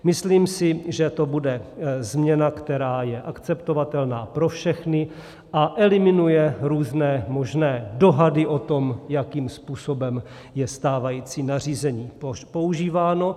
Myslím si, že to bude změna, která je akceptovatelná pro všechny a eliminuje různé možné dohady o tom, jakým způsobem je stávající nařízení používáno.